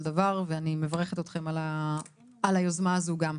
דבר ואני מברכת אתכם על היוזמה הזאת גם.